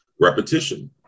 repetition